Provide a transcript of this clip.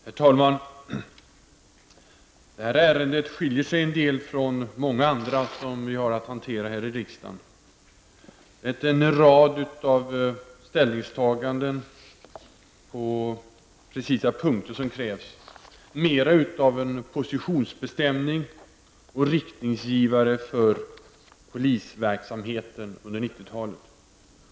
Herr talman! Det här ärendet skiljer sig en del från många andra som vi har att hantera här i riksdagen. Det är inte en rad av ställningstaganden på precisa punkter som krävs, utan mera av en positionsbestämning och riktningsangivning för polisverksamheten under 90-talet.